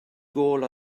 gôl